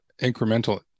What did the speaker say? incremental